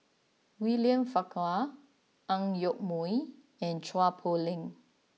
William Farquhar Ang Yoke Mooi and Chua Poh Leng